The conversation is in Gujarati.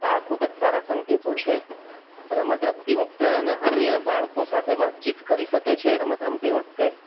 આ ખૂબ જ સારા સંકેતો છે રમત રમતી વખતે અને અન્ય બાળકો સાથે વાતચીત કરી શકે છે રમત રમતી વખતે